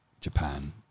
Japan